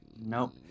Nope